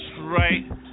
right